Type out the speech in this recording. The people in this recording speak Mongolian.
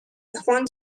япон